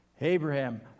Abraham